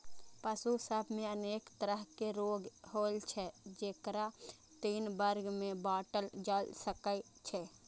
पशु सभ मे अनेक तरहक रोग होइ छै, जेकरा तीन वर्ग मे बांटल जा सकै छै